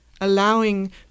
allowing